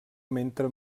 mentre